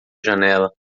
janela